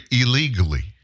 illegally